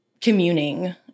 communing